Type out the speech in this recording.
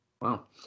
Wow